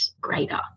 greater